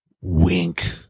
wink